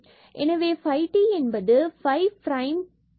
எனவே phi t என்பது phi prime phi double prime ஆகும்